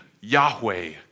Yahweh